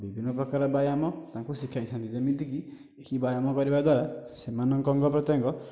ବିଭିନ୍ନ ପ୍ରକାର ବ୍ୟାୟାମ ତାଙ୍କୁ ଶିଖାଇ ଥାଆନ୍ତି ଯେମିତିକି ଏହି ବ୍ୟାୟାମ କରିବା ଦ୍ୱାରା ସେମାନଙ୍କ ଅଙ୍ଗପ୍ରତ୍ୟଙ୍ଗ